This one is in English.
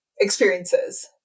experiences